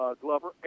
Glover